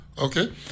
Okay